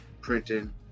printing